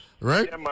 Right